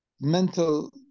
mental